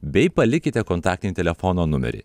bei palikite kontaktinį telefono numerį